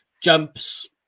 Jumps